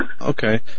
Okay